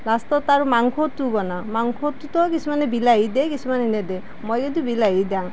লাষ্টত আৰু মাংসটো বনাওঁ মাংসটোতো কিছুমানে বিলাহী দিয়ে কিছুমনে নিদিয়ে মই কিন্তু বিলাহী দেওঁ